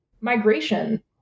migration